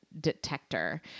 detector